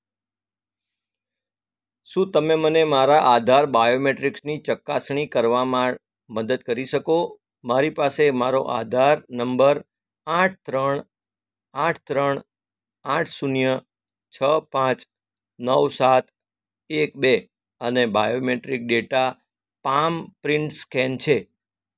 શું તમે મને મારા આધાર બાયોમેટ્રિક્સની ચકાસણી કરવામાં મદદ કરી શકો મારી પાસે મારો આધાર નંબર આઠ ત્રણ આઠ ત્રણ આઠ શૂન્ય છ પાંચ નવ સાત એક બે અને biometric data palm print scan છે